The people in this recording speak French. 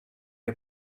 est